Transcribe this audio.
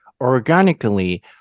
Organically